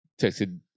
texted